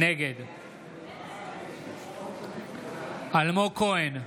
נגד אלמוג כהן,